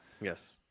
Yes